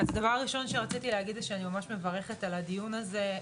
דבר ראשון שרציתי להגיד הוא שאני ממש מברכת על הדיון הזה,